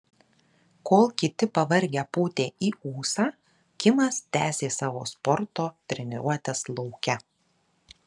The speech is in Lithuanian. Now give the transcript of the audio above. kol kiti pavargę pūtė į ūsą kimas tęsė savo sporto treniruotes lauke